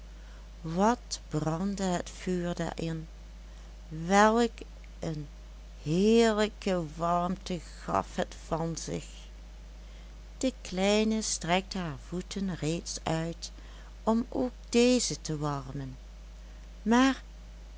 wat brandde het vuur daarin welk een heerlijke warmte gaf het van zich de kleine strekte haar voeten reeds uit om ook deze te warmen maar daar